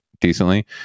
decently